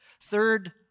Third